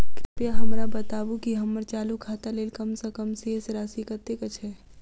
कृपया हमरा बताबू की हम्मर चालू खाता लेल कम सँ कम शेष राशि कतेक छै?